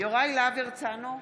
יוראי להב הרצנו,